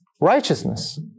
righteousness